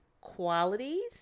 qualities